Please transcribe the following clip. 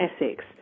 Essex